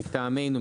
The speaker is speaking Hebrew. מטעמנו,